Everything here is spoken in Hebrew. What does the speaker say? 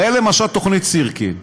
ראה למשל תוכנית סירקין,